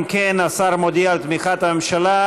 אם כן, השר מודיע על תמיכת הממשלה.